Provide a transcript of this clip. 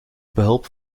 behulp